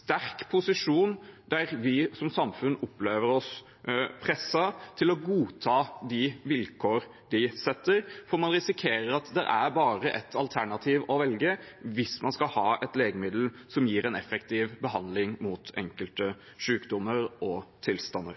sterk posisjon, der vi som samfunn opplever at vi er presset til å godta de vilkår de setter, hvor man risikerer at det bare er ett alternativ å velge hvis man skal ha et legemiddel som gir en effektiv behandling av enkelte sykdommer og tilstander.